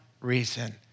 reason